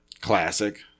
Classic